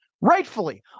rightfully